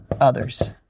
others